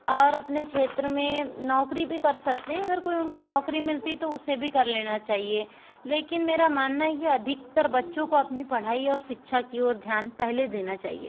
और अपने क्षेत्र में नौकरी भी कर सकते हैं अगर कोई उनको नौकरी मिलती है तो उसे भी कर लेना चाहिए लेकिन मेरा मानना है की अधिकतर बच्चों को अपनी पढ़ाई और शिक्षा की ओर ध्यान पहले देना चाहिए